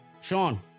Sean